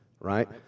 right